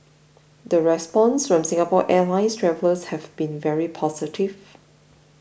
the response from Singapore Airlines travellers has been very positive